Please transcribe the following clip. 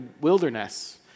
wilderness